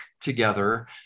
together